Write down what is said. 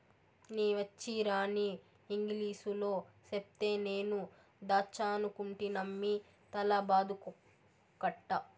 నీ వచ్చీరాని ఇంగిలీసులో చెప్తే నేను దాచ్చనుకుంటినమ్మి తల బాదుకోకట్టా